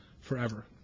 forever